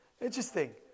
interesting